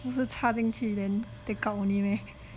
不是插进去 then take out only meh